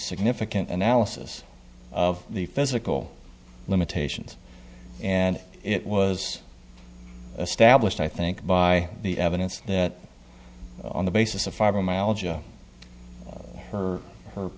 significant analysis of the physical limitations and it was established i think by the evidence that on the basis of fib